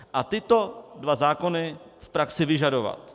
A tyto dva zákony v praxi vyžadovat.